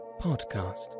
podcast